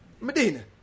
Medina